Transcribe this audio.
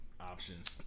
options